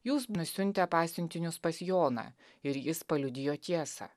jūs nusiuntę pasiuntinius pas joną ir jis paliudijo tiesą